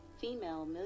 female